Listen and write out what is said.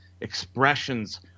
expressions